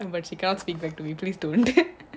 but she comes speak so please don't